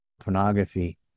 pornography